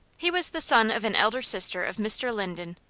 he was the son of an elder sister of mr. linden,